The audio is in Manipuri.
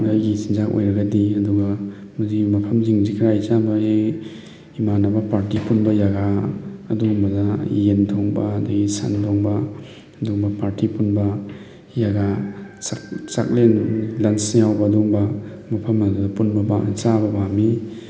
ꯑꯩꯒꯤ ꯆꯤꯟꯖꯥꯛ ꯑꯣꯏꯔꯒꯗꯤ ꯑꯗꯨꯒ ꯃꯁꯤꯒꯤ ꯃꯐꯝꯁꯤꯡꯁꯤ ꯀꯔꯥꯏꯗ ꯆꯥꯕ ꯏꯃꯥꯟꯅꯕ ꯄꯥꯔꯇꯤ ꯄꯨꯟꯕ ꯖꯒꯥ ꯑꯗꯨꯒꯨꯝꯕꯗ ꯌꯦꯟ ꯊꯣꯡꯕ ꯑꯗꯒꯤ ꯁꯟ ꯊꯣꯡꯕ ꯑꯗꯨꯒꯨꯝꯕ ꯄꯥꯔꯇꯤ ꯄꯨꯟꯕ ꯖꯒꯥ ꯆꯥꯛꯂꯦꯟ ꯂꯟꯁ ꯌꯥꯎꯕ ꯑꯗꯨꯒꯨꯝꯕ ꯃꯐꯝ ꯑꯗꯨꯗ ꯄꯨꯟꯕ ꯄꯥꯝ ꯆꯥꯕ ꯄꯥꯝꯃꯤ